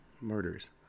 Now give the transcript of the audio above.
Murders